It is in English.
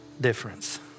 difference